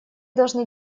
должны